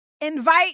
invite